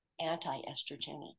anti-estrogenic